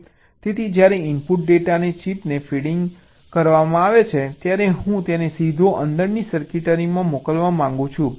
તેથી જ્યારે ઇનપુટ ડેટાને ચિપને ફીડીંગ કરવામાં આવે છે ત્યારે હું તેને સીધો અંદરની સર્કિટરીમાં મોકલવા માંગુ છું